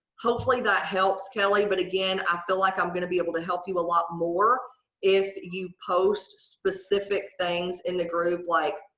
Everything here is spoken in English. hopefully, that helps kelly but again i feel like i'm gonna be able to help you a lot more if you post specific things in the group like,